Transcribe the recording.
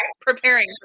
Preparing